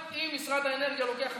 אם משרד האנרגיה לוקח אחריות,